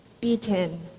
beaten